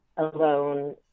alone